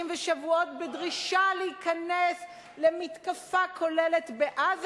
ושבועות בדרישה להיכנס למתקפה כוללת בעזה,